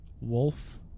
Wolf